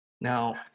Now